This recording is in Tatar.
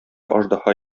аждаһа